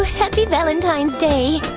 happy valentine's day.